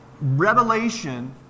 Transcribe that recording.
revelation